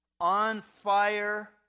on-fire